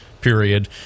period